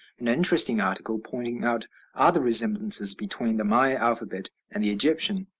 an interesting article pointing out other resemblances between the maya alphabet and the egyptian.